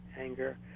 Anger